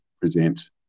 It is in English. present